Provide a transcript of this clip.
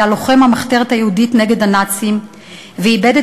היה לוחם המחתרת היהודית נגד הנאצים ואיבד את